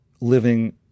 living